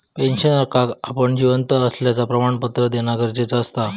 पेंशनरका आपण जिवंत असल्याचा प्रमाणपत्र देना गरजेचा असता